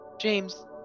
James